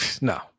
No